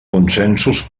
consensos